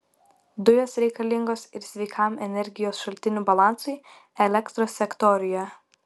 dujos reikalingos ir sveikam energijos šaltinių balansui elektros sektoriuje